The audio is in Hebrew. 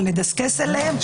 אבל נדסקס עליהם.